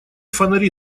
фонари